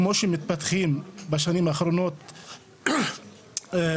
כמו שמתפתחים בשנים האחרונות בגליל.